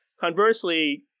conversely